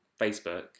Facebook